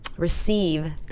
Receive